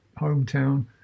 hometown